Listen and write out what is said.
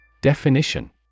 Definition